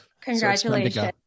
Congratulations